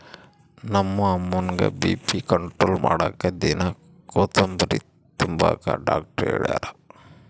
ನಮ್ಮ ಅಮ್ಮುಗ್ಗ BP control ಮಾಡಾಕ ದಿನಾ ಕೋತುಂಬ್ರೆ ತಿಂಬಾಕ ಡಾಕ್ಟರ್ ಹೆಳ್ಯಾರ